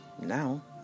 now